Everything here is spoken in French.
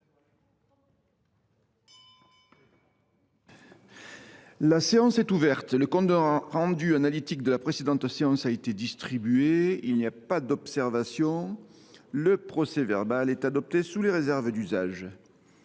La séance est ouverte. Le compte rendu analytique de la précédente séance a été distribué. Il n’y a pas d’observation ?… Le procès verbal est adopté sous les réserves d’usage.